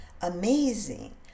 Amazing